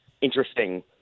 interesting